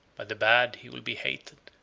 by the bad he will be hated.